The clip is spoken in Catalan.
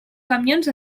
camions